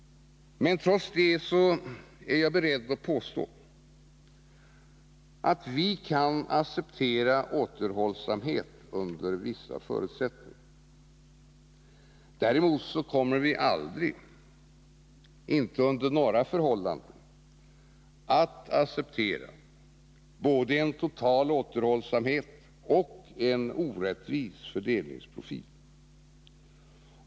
Trots det är jag beredd att påstå att vi kan acceptera återhållsamhet under vissa förutsättningar. Däremot kommer vi aldrig — inte under några förhållanden — att acceptera både total återhållsamhet och en orättvis fördelningsprofil.